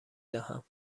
دهم